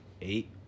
eight